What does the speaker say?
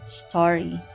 story